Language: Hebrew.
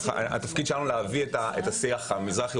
התפקיד שלנו הוא להביא את השיח של מזרח ירושלים,